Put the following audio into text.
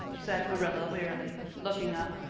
said marilla wearily, looking up.